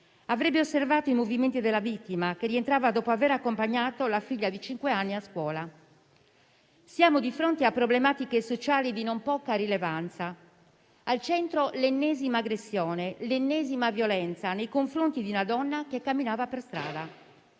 avrebbe osservato i movimenti della vittima, che rientrava dopo aver accompagnato la figlia di cinque anni a scuola. Siamo di fronte a problematiche sociali di non poca rilevanza: al centro l'ennesima aggressione e violenza nei confronti di una donna che camminava per strada.